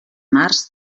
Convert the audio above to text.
març